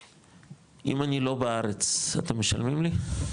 אם אני לא בארץ, אתם משלמים לי?